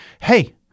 hey